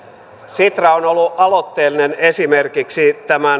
sitra on ollut aloitteellinen esimerkiksi